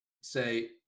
say